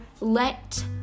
let